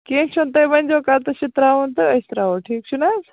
کیٚنٛہہ چھُنہٕ تُہۍ ؤنۍزیٚو کَتٮ۪س چھُ ترٛاوُن تہٕ أسۍ ترٛاوَو ٹھیٖک چھُنہٕ حظ